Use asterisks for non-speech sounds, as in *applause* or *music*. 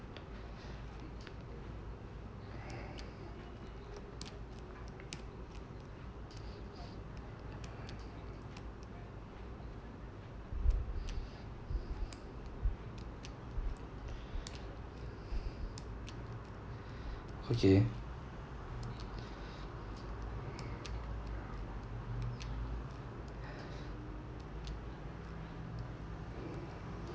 *breath* okay